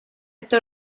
este